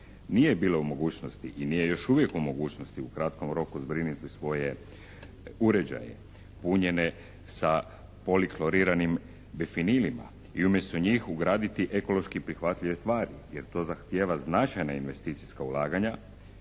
nije bila u mogućnosti i nije još uvijek u mogućnosti u kratkom roku zbrinuti svoje uređaje punjene sa polikloriranim …/Govornik se ne razumije./… i umjesto njih ugraditi ekološki prihvatljive tvari jer to zahtijeva značajna investicijska ulaganja.